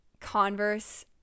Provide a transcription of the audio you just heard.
converse